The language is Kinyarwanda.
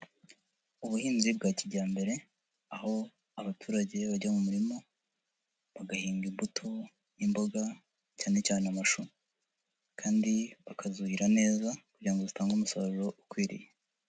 Ubuhinzi bwa kijyambere aho abaturage bajya mu murima bagahinga imbuto n'imboga cyane cyane amashu kandi bakazuhira neza kugira ngo zitange umusaruro ukwiriye.